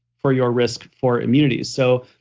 for your risk for immunity. so,